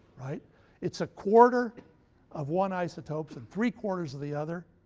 it's a quarter of one isotope and three-quarters of the other,